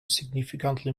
significantly